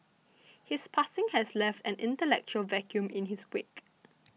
his passing has left an intellectual vacuum in his wake